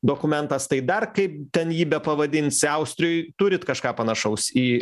dokumentas tai dar kaip ten jį bepavadinsi austrijoj turit kažką panašaus į